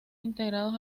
integrados